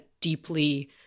deeply